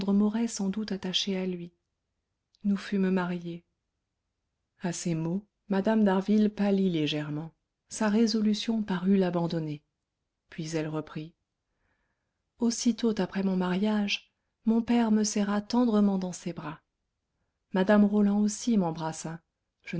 sans doute attachée à lui nous fûmes mariés à ces mots mme d'harville pâlit légèrement sa résolution parut l'abandonner puis elle reprit aussitôt après mon mariage mon père me serra tendrement dans ses bras mme roland aussi m'embrassa